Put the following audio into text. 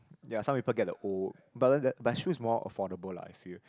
ya some people get the old but but is more affordable lah I feel